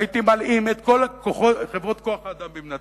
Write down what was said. הייתי מלאים את כל חברות כוח-האדם במדינת